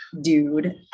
dude